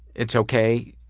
it's okay,